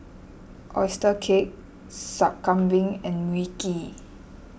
Oyster Cake Sup Kambing and Mui Kee